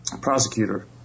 prosecutor